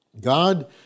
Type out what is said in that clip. God